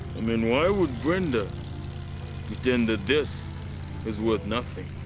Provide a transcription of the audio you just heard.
i mean why would brenda pretend that this is worth nothing